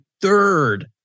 third